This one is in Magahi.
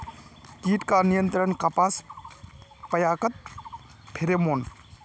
कीट का नियंत्रण कपास पयाकत फेरोमोन?